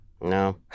No